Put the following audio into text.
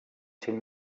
siin